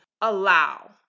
allow